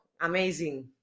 amazing